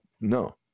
No